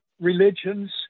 religions